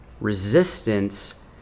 resistance